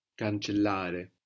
Cancellare